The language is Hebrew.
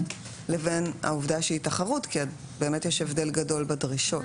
לבין העובדה שזאת תחרות כי באמת יש הבדל גדול בדרישות?